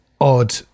odd